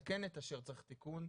מתקן את אשר צריך תיקון,